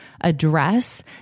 address